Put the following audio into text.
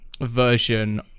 version